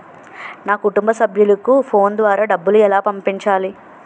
నా కుటుంబ సభ్యులకు ఫోన్ ద్వారా డబ్బులు ఎలా పంపించాలి?